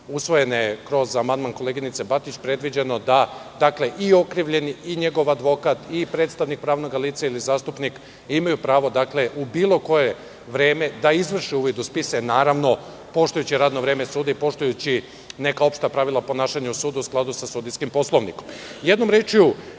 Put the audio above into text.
usvojene kroz amandman koleginice Batić, predviđeno da i okrivljeni i njegov advokat i predstavnik pravnog lica, ili zastupnik, imaju pravo u bilo koje vreme da izvrše uvid u spise, naravno, poštujući radno vreme suda i poštujući neka opšta pravila ponašanja u sudu, u skladu sa sudijskim poslovnikom. Jednom rečju,